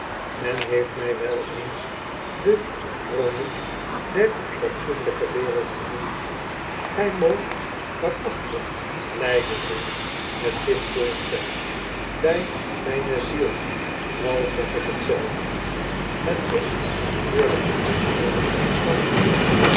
men heeft mij wel eens de kronijk der iatsoenlijke wereld genoemd gij moogtwaarachtig blijde zijn met dit voorstel bij mijne ziel al zeg ik het zelf het is een heerlijke inval van u